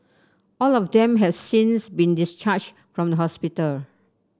all of them have since been discharged from the hospital